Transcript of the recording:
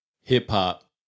hip-hop